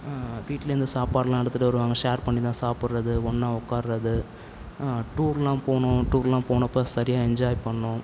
வீட்லேருந்து சாப்பாடெலாம் எடுத்துகிட்டு வருவாங்க ஷேர் பண்ணிதான் சாப்பிடுறது ஒன்றா உக்காறது டூரெலாம் போனோம் டூரெலாம் போனப்போ சரியாக என்ஜாய் பண்ணிணோம்